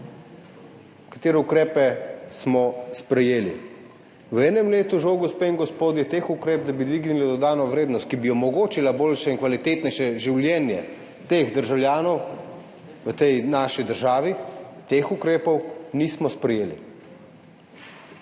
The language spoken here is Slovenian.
Katere ukrepe smo sprejeli? V enem letu žal, gospe in gospodje, teh ukrepov, da bi dvignili dodano vrednost, ki bi omogočila boljše in kvalitetnejše življenje teh državljanov v tej naši državi, nismo sprejeli.